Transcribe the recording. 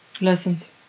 lessons